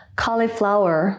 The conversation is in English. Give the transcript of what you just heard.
cauliflower